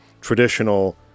traditional